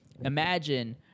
Imagine